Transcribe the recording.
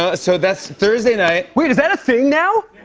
ah so that's thursday night. wait. is that a thing now?